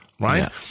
right